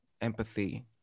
empathy